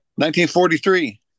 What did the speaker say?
1943